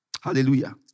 Hallelujah